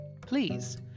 Please